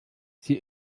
sie